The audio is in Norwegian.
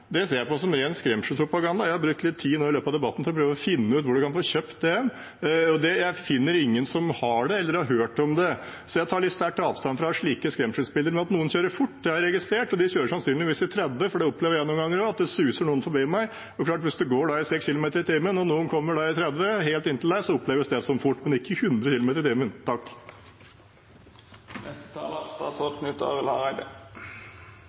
Det ser jeg på som ren skremselspropaganda. Jeg har brukt litt tid nå i løpet av debatten for å prøve å finne ut hvor man kan få kjøpt det, og jeg finner ingen som har det eller har hørt om det. Så jeg tar sterkt avstand fra slike skremselsbilder. Men at noen kjører fort, har jeg registrert. De kjører sannsynligvis i 30 km/t. Jeg opplever også noen ganger at det suser noen forbi meg. Det er klart at hvis man går i 6 km/t og noen kommer helt inntil en i 30 km/t, oppleves det som fort, men det er ikke 100